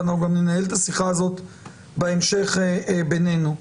וננהל את השיחה הזאת בהמשך בינינו.